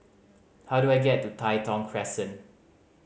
how do I get to Tai Thong Crescent